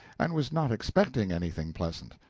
and was not expecting anything pleasant.